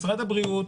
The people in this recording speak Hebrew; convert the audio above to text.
משרד הבריאות,